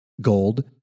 Gold